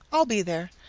i'll be there.